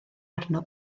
arno